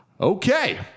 Okay